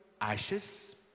ashes